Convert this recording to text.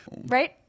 Right